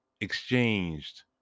exchanged